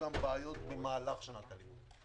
יהיו בעיות במהלך שנת הלימודים,